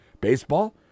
Baseball